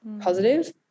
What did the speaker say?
positive